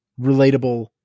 relatable